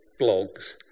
blogs